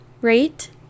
rate